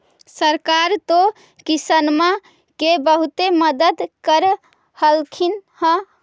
सरकार तो किसानमा के बहुते मदद कर रहल्खिन ह?